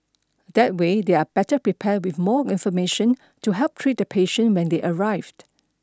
that way they are better prepared with more information to help treat the patient when they arrived